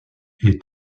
est